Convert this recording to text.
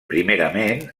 primerament